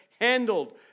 handled